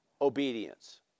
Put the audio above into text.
obedience